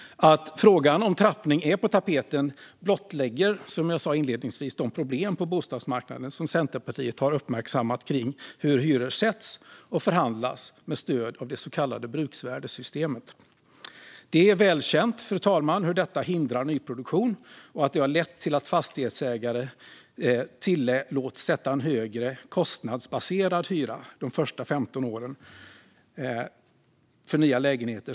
Att frågan om trappning är på tapeten blottlägger, som jag sa inledningsvis, de problem på bostadsmarknaden som Centerpartiet har uppmärksammat kring hur hyror sätts och förhandlas med stöd av det så kallade bruksvärdessystemet. Det är välkänt, fru talman, hur detta hindrar nyproduktion och att det har lett till att fastighetsägare tillåts sätta en högre kostnadsbaserad hyra de första 15 åren för nya lägenheter.